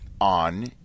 on